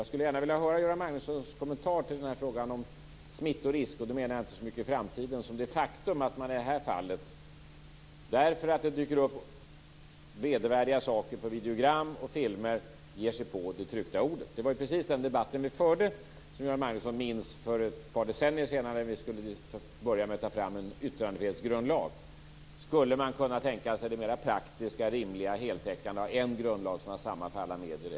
Jag skulle gärna vilja höra Göran Magnussons kommentar till frågan om smittorisk, och då menar jag inte för framtiden utan det faktum att man i det här fallet - därför att det dyker upp vedervärdiga saker på videogram och filmer - ger sig på det tryckta ordet. Det var ju, som Göran Magnusson säkert minns, precis den debatt som vi förde för ett par decennier sedan när vi skulle ta fram en yttrandefrihetsgrundlag. Skulle man kunna tänka sig det mera praktiska, rimliga och heltäckande att ha en grundlag som gäller för alla medier?